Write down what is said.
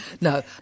No